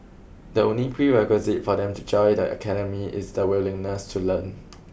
the only prerequisite for them to join the academy is the willingness to learn